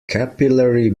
capillary